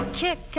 kick